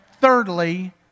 thirdly